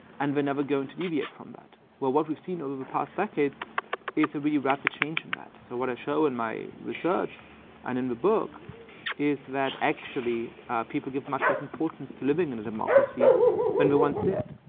and we're never going to deviate from that. well what we've seen over the past decades is a really rapid change in that. so what i show in my research and in the book is that actually people give much less importance to living in a democracy than we once did.